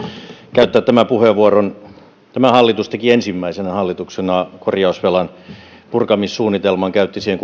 käyttää tämän puheenvuoron tämä hallitus teki ensimmäisenä hallituksena korjausvelan purkamissuunnitelman käytti siihen